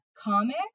comic